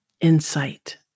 insight